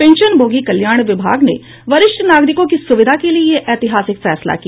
पेंशनभोगी कल्याण विभाग ने वरिष्ठ नागरिकों की सुविधा के लिए यह ऐतिहासिक फैसला किया